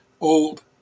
old